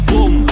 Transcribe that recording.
Boom